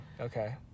Okay